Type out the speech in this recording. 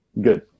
Good